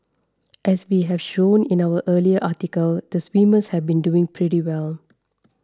as we have shown in our earlier article the swimmers have been doing pretty well